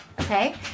Okay